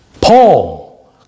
Paul